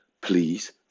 please